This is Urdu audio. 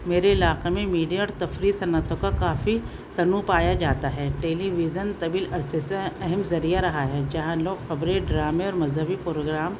میرے علاقے میں میڈیا اور تفریح صنعتوں کا کافی تنوع پایا جاتا ہے ٹیلیویژن طویل عرصے سے اہم ذریعہ رہا ہے جہاں لوگ خبرے ڈرامے اور مذہبی پروگرام